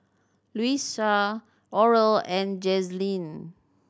Louisa Oral and Jazlene